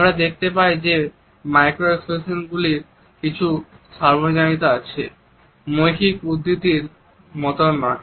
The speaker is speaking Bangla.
আমরা দেখতে পাই যে মাইক্রো এক্সপ্রেশন গুলির কিছু সার্বজনীনতা আছে মৌখিক উদ্ধৃতির মতন নয়